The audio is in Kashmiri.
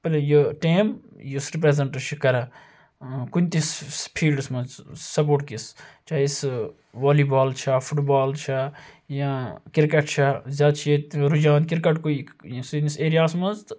کانٛہہ ٹیٖم یُس رِپریٚزیٚنٹ چھ کَران کُنتہِ پھیٖلڈَس مَنٛز سَپوٹکِس چاہے سُہ والی بال چھےٚ فُٹ بال چھےٚ یاں کِرکٹ چھےٚ زیادٕ چھِ ییٚتہ رُجہان کِرکَٹکُے سٲنِس ایریاہَس مَنٛز تہٕ